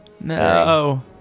No